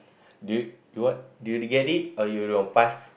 do you you want do you get it or you want pass